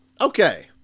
okay